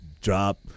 drop